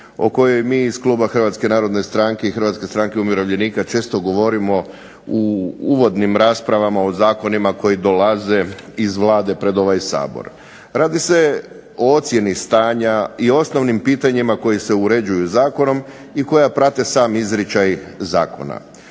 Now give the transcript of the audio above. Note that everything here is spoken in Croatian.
o kojoj mi iz kluba Hrvatske narodne stranke i Hrvatske stranke umirovljenika često govorimo u uvodnim raspravama o zakonima koji dolaze iz Vlade pred ovaj Sabor. Radi se o ocjeni stanja i osnovnim pitanjima koji se uređuju zakonom i koja prate sam izričaj zakona.